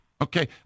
Okay